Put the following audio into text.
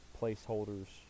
placeholders